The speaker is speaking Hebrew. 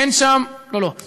70,000. אין שם, לא, לא.